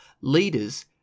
leaders